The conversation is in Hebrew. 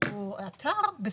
או אתר בשפות.